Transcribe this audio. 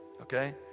Okay